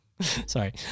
Sorry